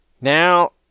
Now